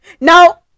Now